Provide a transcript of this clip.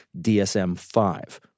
DSM-5